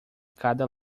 cada